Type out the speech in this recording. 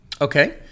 Okay